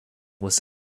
was